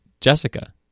Jessica